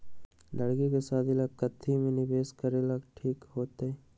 लड़की के शादी ला काथी में निवेस करेला ठीक होतई?